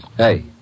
Hey